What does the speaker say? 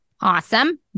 Awesome